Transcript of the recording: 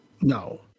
No